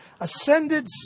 Ascended